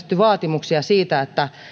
vaatimuksia siitä että